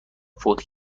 فوت